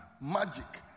magic